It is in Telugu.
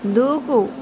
దూకు